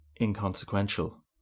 inconsequential